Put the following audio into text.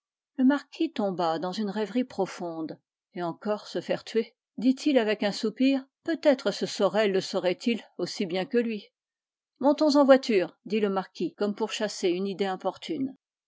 le marquis tomba dans une rêverie profonde et encore se faire tuer dit-il avec un soupir peut-être ce sorel le saurait-il aussi bien que lui montons en voiture dit le marquis comme pour chasser une idée importune